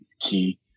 key